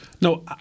No